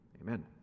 Amen